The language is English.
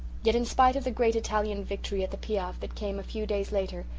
yet, in spite of the great italian victory at the piave that came a few days later,